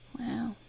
wow